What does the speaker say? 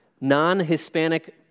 non-Hispanic